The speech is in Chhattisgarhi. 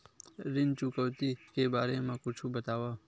ऋण चुकौती के बारे मा कुछु बतावव?